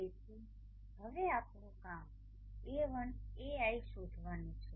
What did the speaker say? તેથી હવે આપણું કામ Ai શોધવાનું છે